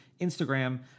Instagram